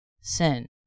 sin